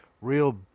real